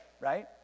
right